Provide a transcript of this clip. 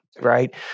right